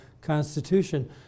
Constitution